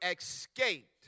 escaped